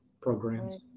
programs